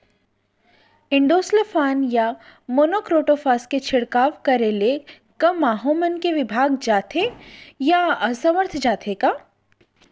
Endosulfan या monocrotophos के छिड़काव करे ले क माहो मन का विभाग जाथे या असमर्थ जाथे का?